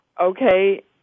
Okay